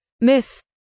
Myth